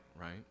right